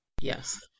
Yes